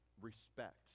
respect